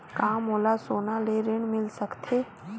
का मोला सोना ले ऋण मिल सकथे?